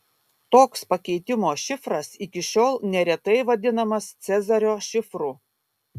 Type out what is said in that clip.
toks pakeitimo šifras iki šiol neretai vadinamas cezario šifru